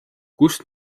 kust